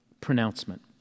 pronouncement